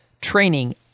training